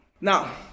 Now